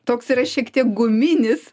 toks yra šiek tiek guminis